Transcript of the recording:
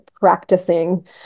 Practicing